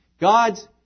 God's